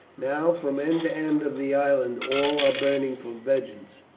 now from end to end of the island all are burning for vengeance.